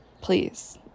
please